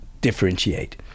differentiate